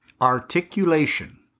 Articulation